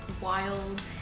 wild